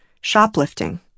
shoplifting